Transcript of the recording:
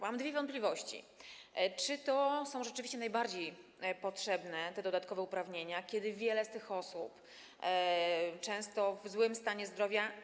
Mam dwie wątpliwości, czy to są rzeczywiście najbardziej potrzebne dodatkowe uprawnienia, kiedy wiele z tych osób jest często w złym stanie zdrowia.